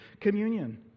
communion